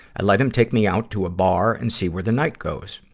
i let him take me out to a bar and see where the night goes.